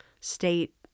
state